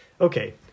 okay